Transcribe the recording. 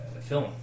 film